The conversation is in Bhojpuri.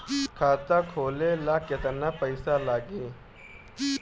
खाता खोले ला केतना पइसा लागी?